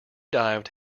dived